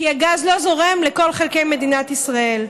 כי הגז לא זורם לכל חלקי מדינת ישראל.